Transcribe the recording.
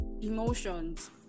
emotions